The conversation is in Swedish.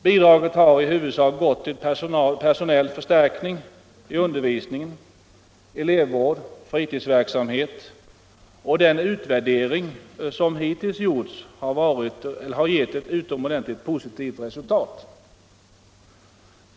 Bidraget har i huvudsak gått till personell förstärkning i undervisning, elevvård och fritidsverksamhet. Den utvärdering som hittills gjorts har varit utomordentligt positiv.